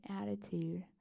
attitude